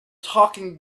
taking